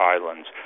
Islands